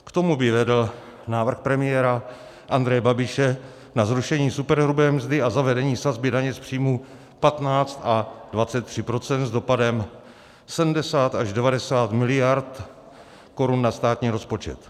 K tomu by vedl návrh premiéra Andreje Babiše na zrušení superhrubé mzdy a zavedení sazby daně z příjmů 15 a 23 % s dopadem 70 až 90 miliard korun na státní rozpočet.